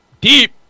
deep